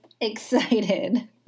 excited